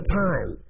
time